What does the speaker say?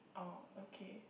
orh okay